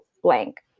blank